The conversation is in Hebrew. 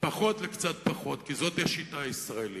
פחות לקצת פחות, כי זוהי השיטה הישראלית.